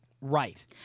Right